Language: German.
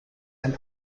ein